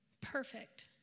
Perfect